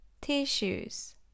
Tissues